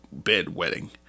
bedwetting